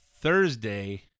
Thursday